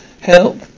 help